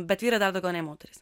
bet vyrai dar daugiau nei moterys